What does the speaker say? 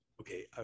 okay